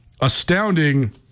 astounding